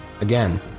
Again